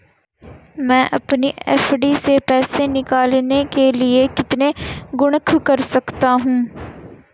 मैं अपनी एफ.डी से पैसे निकालने के लिए कितने गुणक कर सकता हूँ?